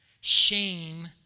shame